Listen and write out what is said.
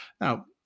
Now